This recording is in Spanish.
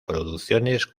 producciones